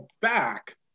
back